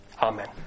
Amen